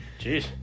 Jeez